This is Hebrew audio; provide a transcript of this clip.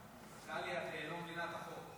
טלי, את לא מבינה את החוק.